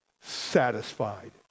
satisfied